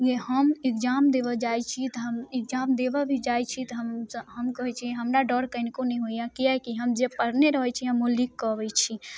हम एग्जाम देबऽ जाइ छी तऽ एग्जाम देबऽ भी जाइ छी हमसँ हम कहै छी कि हमरा डर कनिको नहि होइए किएक कि हम जे पढ़ने रहै छी हम ओ लिखिकऽ अबै छी